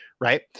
right